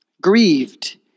Grieved